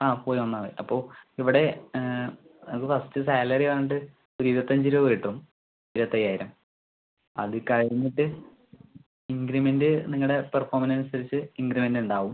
ആ പോയി വന്നാൽ മതി അപ്പോൾ ഇവിടെ ഫസ്റ്റ് സാലറി പറഞ്ഞിട്ട് ഒര് ഇരുപത്തഞ്ച് രൂപ കിട്ടും ഇരുപത്തയ്യായിരം അത് കഴിഞ്ഞിട്ട് ഇൻക്രിമെൻറ്റ് നിങ്ങളുടെ പെർഫോമിന് അനുസരിച്ച് ഇൻക്രിമെൻറ്റ് ഉണ്ടാവും